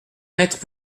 maîtres